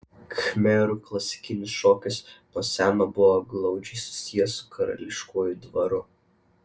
khmerų klasikinis šokis nuo seno buvo glaudžiai susijęs su karališkuoju dvaru